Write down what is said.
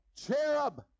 Cherub